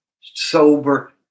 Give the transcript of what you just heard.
sober